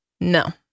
No